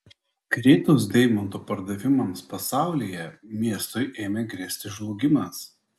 kritus deimantų pardavimams pasaulyje miestui ėmė grėsti žlugimas